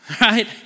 right